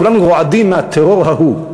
כולנו רועדים מהטרור ההוא.